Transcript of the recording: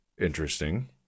interesting